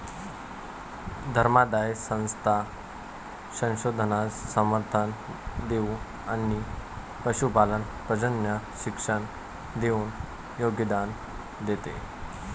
धर्मादाय संस्था संशोधनास समर्थन देऊन आणि पशुपालन प्रजनन शिक्षण देऊन योगदान देते